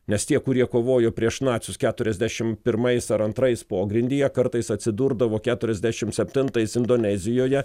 nes tie kurie kovojo prieš nacius keturiasdešim pirmais ar antrais pogrindyje kartais atsidurdavo keturiasdešimt septintais indonezijoje